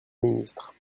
ministre